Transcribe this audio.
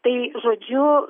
tai žodžiu